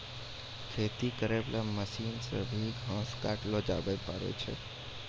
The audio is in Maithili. खेती करै वाला मशीन से भी घास काटलो जावै पाड़ै